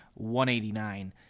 189